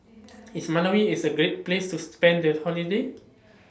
IS Malawi IS A Great Place to spend The Holiday